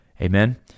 Amen